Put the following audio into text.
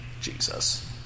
Jesus